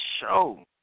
show